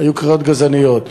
היו קריאות גזעניות.